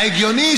ההגיוני,